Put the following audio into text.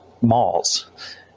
malls